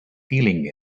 feeling